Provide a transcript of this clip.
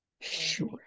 Sure